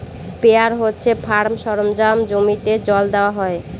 sprayer হচ্ছে farm সরঞ্জাম জমিতে জল দেওয়া হয়